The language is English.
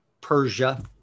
Persia